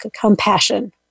compassion